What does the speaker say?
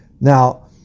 Now